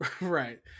right